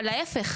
אבל להיפך,